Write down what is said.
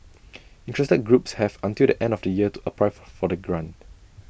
interested groups have until the end of the year to apply for for the grant